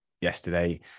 yesterday